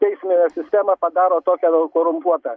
teisminę sistemą padaro tokią korumpuotą